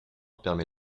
permet